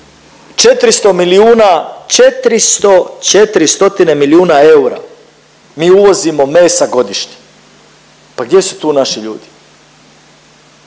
četiri stotine milijuna eura mi uvozimo mesa godišnje, pa gdje su tu naši ljudi.